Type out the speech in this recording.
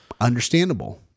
understandable